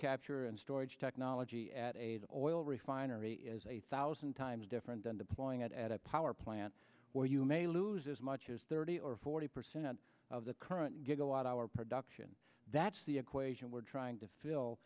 capture and storage technology at a oil refinery is a thousand times different than deploying it at a power plant where you may lose as much as thirty or forty percent of the current gigawatt our production that's the equation we're trying to fill